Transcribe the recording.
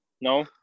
No